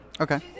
Okay